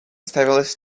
ставилась